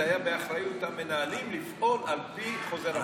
זה היה באחריות המנהלים לפעול על פי חוזר המנכ"ל.